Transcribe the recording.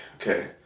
okay